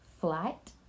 flight